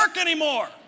anymore